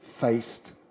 faced